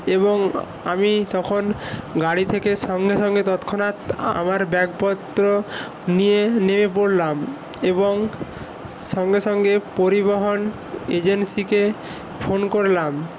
এবং আমি তখন গাড়ি থেকে সঙ্গে সঙ্গে তৎক্ষণাৎ আমার ব্যাগপত্র নিয়ে নেমে পড়লাম এবং সঙ্গে সঙ্গে পরিবহণ এজেন্সিকে ফোন করলাম